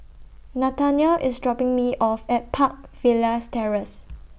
Nathanial IS dropping Me off At Park Villas Terrace